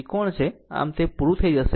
આમ તે પૂરું થઈ જશે 5